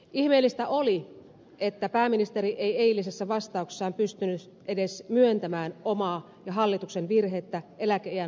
ihmeellistä oli että pääministeri ei eilisessä vastauksessaan pystynyt edes myöntämään omaa ja hallituksen virhettä eläkeiän nostopäätösasiassa